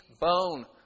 bone